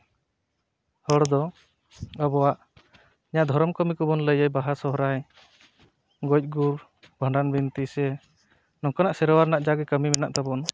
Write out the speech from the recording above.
ᱦᱚᱲ ᱫᱚ ᱟᱵᱚᱣᱟᱜ ᱡᱟᱦᱟᱸ ᱫᱷᱚᱨᱚᱢ ᱠᱟᱹᱢᱤ ᱠᱚᱵᱚᱱ ᱞᱟᱹᱭᱮᱫ ᱵᱟᱦᱟ ᱥᱚᱨᱦᱟᱭ ᱜᱚᱡ ᱜᱩᱨ ᱵᱷᱟᱸᱰᱟᱱ ᱵᱤᱱᱛᱤ ᱥᱮ ᱱᱚᱝᱠᱟᱱᱟᱜ ᱥᱮᱨᱣᱟ ᱨᱮᱱᱟᱜ ᱡᱟᱜᱮ ᱠᱟᱹᱢᱤ ᱢᱮᱱᱟᱜ ᱛᱟᱵᱚᱱ